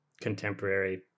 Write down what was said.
contemporary